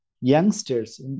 youngsters